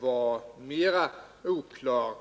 var mera oklar.